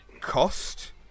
cost